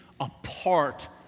apart